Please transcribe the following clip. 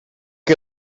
que